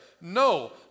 No